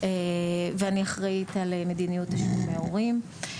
ואני אחראית על מדיניות תשלומי הורים.